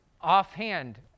offhand